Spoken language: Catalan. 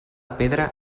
pedra